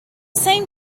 same